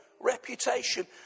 reputation